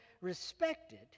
respected